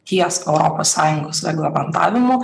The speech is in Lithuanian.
ties europos sąjungos reglamentavimu